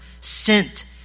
sent